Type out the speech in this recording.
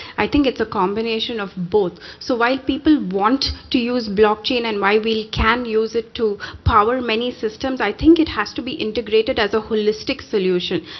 i think it's a combination of both. so why people want to use blockchain and why we can use it to power many systems, i think it has to be integrated as a holistic solution.